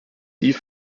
die